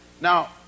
now